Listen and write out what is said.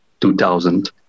2000